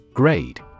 Grade